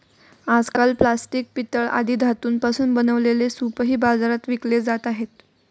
आजकाल प्लास्टिक, पितळ आदी धातूंपासून बनवलेले सूपही बाजारात विकले जात आहेत